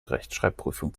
rechtschreibprüfung